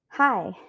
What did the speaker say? Hi